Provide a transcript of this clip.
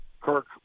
Kirk